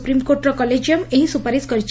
ସୁପ୍ରିମ୍କୋର୍ଟର କଲେଜିୟମ୍ ଏହି ସୁପାରିଶ କରିଛି